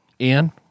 Ian